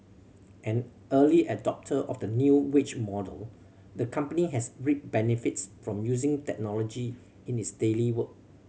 an early adopter of the new wage model the company has reaped benefits from using technology in its daily work